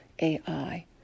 AI